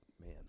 man